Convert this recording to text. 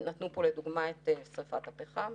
תראו מה קרה בתקופת הקורונה.